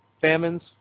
famines